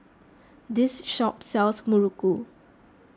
this shop sells Muruku